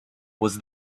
was